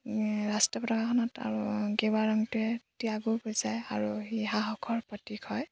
ৰাষ্ট্ৰৰ পতাকাখনত আৰু গেৰুৱা ৰংটোৱে ত্যাগক বুজায় আৰু ই সাহসৰ প্ৰতিক হয়